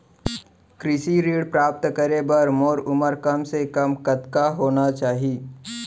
कृषि ऋण प्राप्त करे बर मोर उमर कम से कम कतका होना चाहि?